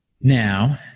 Now